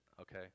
okay